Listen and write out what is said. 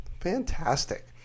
Fantastic